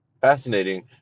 Fascinating